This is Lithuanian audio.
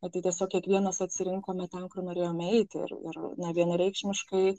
o tai tiesiog kiekvienas atsirinkome ten kur norėjome eiti ir ir na vienareikšmiškai